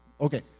Okay